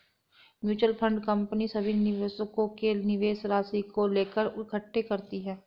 mutual fund company सभी निवेशकों के निवेश राशि को लेकर इकट्ठे करती है